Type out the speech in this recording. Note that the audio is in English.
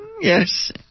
Yes